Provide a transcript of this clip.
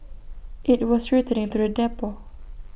IT was returning to the depot